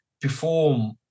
perform